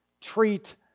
treat